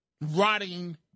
rotting